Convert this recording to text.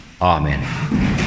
Amen